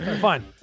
Fine